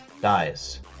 dies